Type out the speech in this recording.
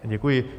Děkuji.